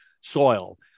soil